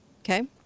Okay